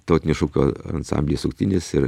tautinių šokių ansambly suktinis ir